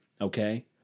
Okay